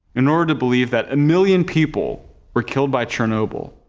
in order to believe that a million people were killed by chernobyl,